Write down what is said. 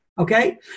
Okay